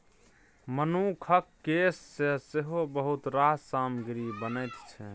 मनुखक केस सँ सेहो बहुत रास सामग्री बनैत छै